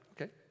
Okay